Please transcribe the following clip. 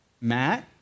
Matt